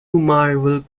marvel